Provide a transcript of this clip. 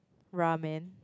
ramen